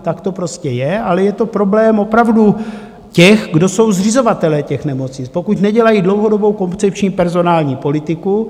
Tak to prostě je, ale je to problém opravdu těch, kdo jsou zřizovatelé těch nemocnic, pokud nedělají dlouhodobou koncepční personální politiku.